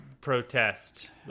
protest